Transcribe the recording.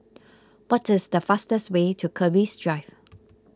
what is the fastest way to Keris Drive